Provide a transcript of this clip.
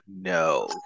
No